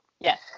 Yes